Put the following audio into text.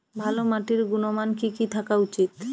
ভালো মাটির গুণমান কি কি থাকা উচিৎ?